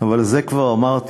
אבל את זה כבר אמרתי